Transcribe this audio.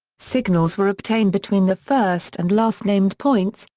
signals were obtained between the first and last-named points,